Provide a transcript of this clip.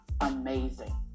amazing